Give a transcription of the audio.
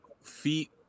feet